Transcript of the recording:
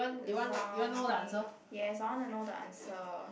zombie yes I want to know the answer